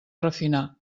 refinar